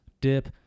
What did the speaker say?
dip